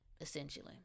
essentially